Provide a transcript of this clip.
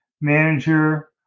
manager